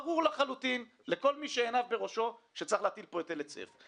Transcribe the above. ברור לחלוטין לכל מי שעיניו בראש שצריך להטיל פה היטל היצף.